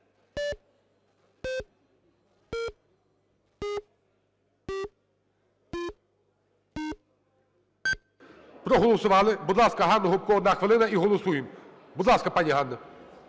Проголосували. Будь ласка, Ганна Гопко, одна хвилина. І голосуємо. Будь ласка, пані Ганна.